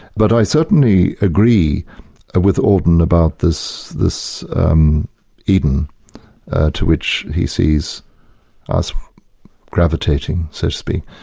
but i certainly agree ah with auden about this this um eden to which he sees us gravitating so to speak.